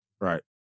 Right